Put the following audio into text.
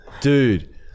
dude